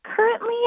Currently